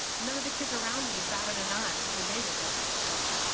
none of the kids around me batted an eye when they went down that slide.